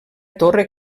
torre